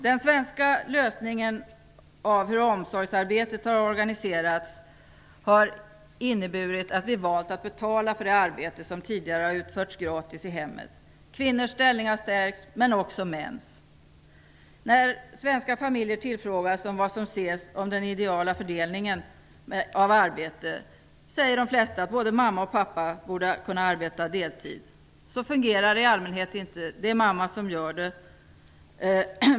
Den svenska lösningen av hur omsorgsarbetet har organiserats har inneburit att vi valt att betala för det arbete som tidigare har utförts gratis i hemmet. Kvinnors ställning har stärkts, men också mäns. När svenska familjer tillfrågas om vad som ses som den ideala fördelningen av arbete säger de flesta att både mamma och pappa borde kunna arbeta deltid. Så fungerar det i allmänhet inte. Det är mamma som gör det.